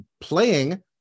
playing